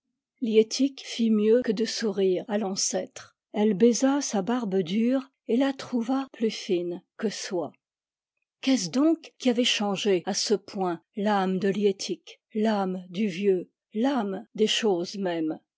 fit mieux que de sourire à l'ancêtre elle baisa sa barbe dure et la trouva plus fine que soie qu'est-ce donc qui avait changé à ce point l'âme de liettik l'âme du vieux l'âme des choses mêmes